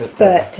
the